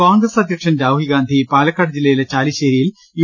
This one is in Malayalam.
കോൺഗ്രസ് അധ്യക്ഷൻ രാഹുൽഗാന്ധി പാലക്കാട് ജില്ലയിലെ ചലി ശ്ശേരിയിൽ യു